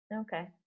Okay